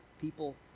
people